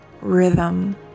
rhythm